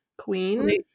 queen